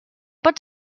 pot